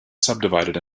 subdivided